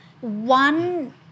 one